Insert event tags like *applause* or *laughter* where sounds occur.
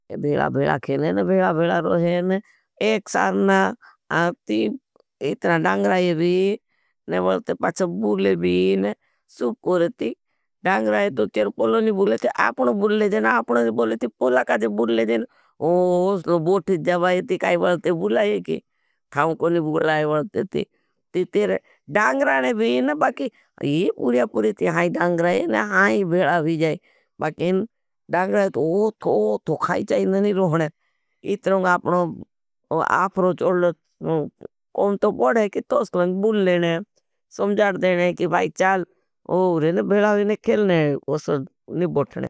भेला भेला खेने न भेला भेला रोहेन एकसारना आती इतना डांगराये भी न बलते पच़ा बूले भी न। सुपकोरेती डांगराये तो तेरे पोलों न बूलेती आपनों बूलेजेन आपनों न। बूलेती पोला काजे बूलेजेन ओसलो बोठी जबायेती काई बलते बूलाय। *unintelligible* न भूला आई वाण करती टितते दांगराये भी न। बहटं की मंग पूर्वेरी ती यहां डांगराये यहां ही भेला ही जाए बाखिं डांगराये। तो ओ। *unintelligible* थुका थोखाई चाई ननी रोहने एह तुमा आपनों आपरोज ओडलोथ कौन तो पड़ा है। कि तो उसने बुल लेने, समझाट देने, कि भाई चाल ओरेने भेलावेने खेलने, उसने निपोठने।